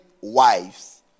wives